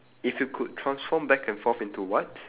if you could transform back and forth into what